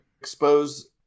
expose